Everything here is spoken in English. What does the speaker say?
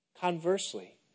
Conversely